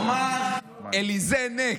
הוא אמר Elysees next,